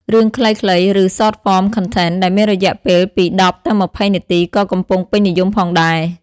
រឿងខ្លីៗ ឬ Short-form content ដែលមានរយៈពេលពី ១០ ទៅ ២០ នាទីក៏កំពុងពេញនិយមផងដែរ។